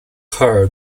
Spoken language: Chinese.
科尔